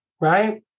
right